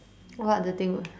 what other thing was